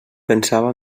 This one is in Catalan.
pensava